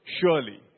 Surely